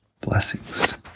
Blessings